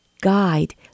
guide